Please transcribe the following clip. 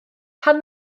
pan